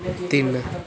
ਤਿੰਨ